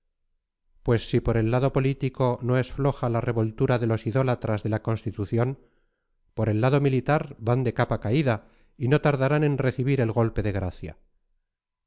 pues si por el lado político no es floja la revoltura de los idólatras de la constitución por el lado militar van de capa caída y no tardarán en recibir el golpe de gracia